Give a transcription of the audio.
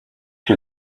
you